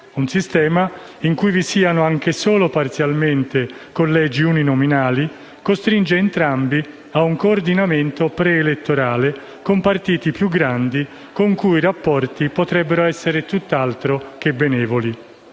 un sistema in cui vi siano (anche solo parzialmente) i collegi uninominali costringe entrambi a un coordinamento pre-elettorale con partiti più grandi, con cui i rapporti potrebbero essere tutt'altro che benevoli